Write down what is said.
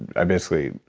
i basically.